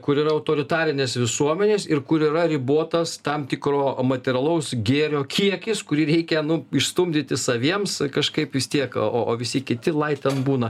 kur yra autoritarinės visuomenės ir kur yra ribotas tam tikro materialaus gėrio kiekis kurį reikia nu išstumdyti saviems kažkaip vis tiek o o visi kiti lai ten būna